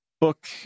book